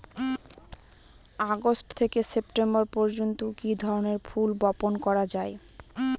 August থেকে September পর্যন্ত কি ধরনের ফুল বপন করা যায়?